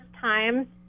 time